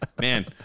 Man